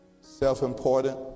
Self-important